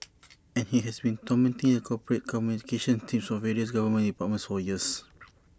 and he has been tormenting the corporate communications team of various government departments for years